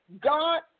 God